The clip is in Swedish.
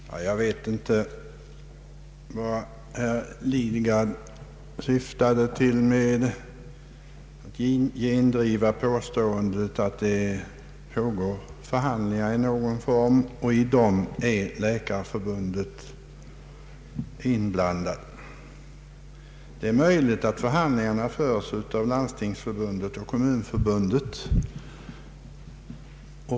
Herr talman! Jag vet inte vad herr Lidgard åsyftade när han sökte gendriva påståendet att det pågår förhandlingar i någon form och att Läkarförbundet är inblandat i dessa. Det är möjligt att förhandlingarna förs av Landstingsförbundet och Kommunförbundet.